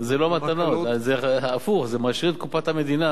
זה לא מתנות, זה הפוך, זה מעשיר את קופת המדינה.